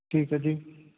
ਠੀਕ ਹੈ ਜੀ